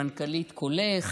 מנכ"לית קולך,